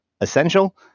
essential